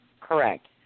Correct